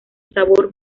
sabor